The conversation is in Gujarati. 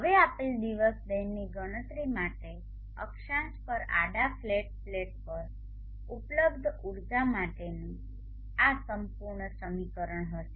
હવે આપેલ દિવસ દૈનિક ગણતરી માટે અક્ષાંશ પર આડા ફ્લેટ પ્લેટ પર ઉપલબ્ધ ઊર્જા માટેનું આ સંપૂર્ણ સમીકરણ હશે